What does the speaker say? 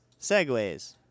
Segways